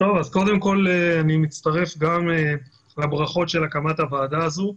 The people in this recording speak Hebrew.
גם אני מצטרף לברכות על הקמת הוועדה הזאת.